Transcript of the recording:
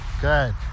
Good